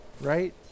right